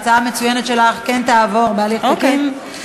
ההצעה המצוינת שלך כן תעבור בהליך תקין,